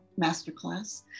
masterclass